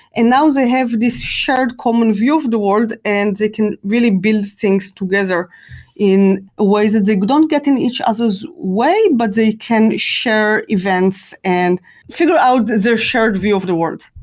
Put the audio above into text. and now they have this shared common view of the world and they can really build things together in ah ways that they don't get in each other s way, but they can share events and figure out their shared view of the world.